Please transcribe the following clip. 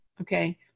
okay